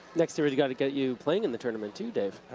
next year, we've got to get you playing in the tournament too dave.